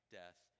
death